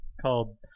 Called